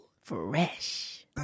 Fresh